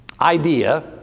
idea